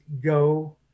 go